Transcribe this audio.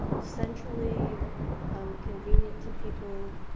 centrally um convenient to people.